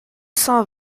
cent